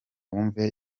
wumve